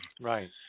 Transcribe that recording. Right